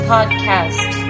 Podcast